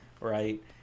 right